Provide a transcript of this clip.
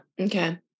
okay